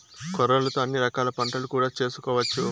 కొర్రలతో అన్ని రకాల వంటలు కూడా చేసుకోవచ్చు